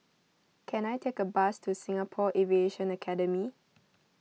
can I take a bus to Singapore Aviation Academy